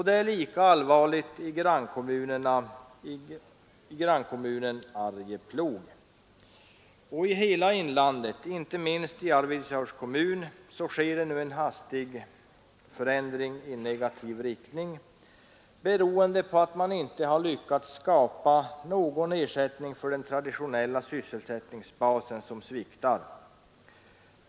Det är lika allvarligt i grannkommunen Arjeplog. I hela inlandet, inte minst i Arvidsjaurs kommun, sker nu en hastig förändring i negativ riktning beroende på att man icke lyckats skapa någon ersättning för den traditionella sysselsättningsbasen som sviktar.